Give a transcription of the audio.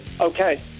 Okay